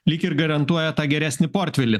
lyg ir garantuoja tą geresnį portfelį